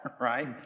right